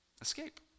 Escape